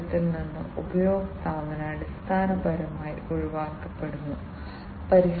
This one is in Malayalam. അപ്പോൾ നിങ്ങൾക്ക് സെൻട്രൽ പ്രോസസ്സിംഗ് യൂണിറ്റും ഇൻപുട്ടും ഔട്ട്പുട്ടും ഉണ്ട്